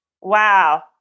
Wow